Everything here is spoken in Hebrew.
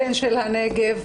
בן הנגב,